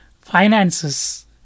finances